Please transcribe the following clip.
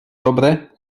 dobre